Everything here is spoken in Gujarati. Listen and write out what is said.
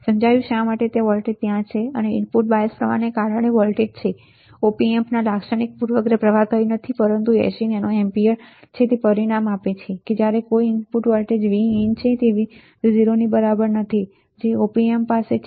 સમજાયું શા માટે તે વોલ્ટેજ ત્યાં છે તે ઇનપુટ બાયસ પ્રવાહને કારણે વોલ્ટેજ છે અને op amp ના લાક્ષણિક પૂર્વગ્રહ પ્રવાહ કંઈ નથી પરંતુ 80 નેનો એમ્પીયર તે પરિણામ આપે છે કે જ્યારે કોઈ ઇનપુટ વોલ્ટેજ જે Vin છે તે 0 ની બરાબર નથી જે op amp પાસે છે